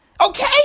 Okay